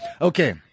Okay